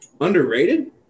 Underrated